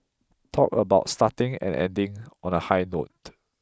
talk about starting and ending on a high note